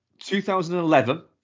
2011